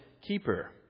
keeper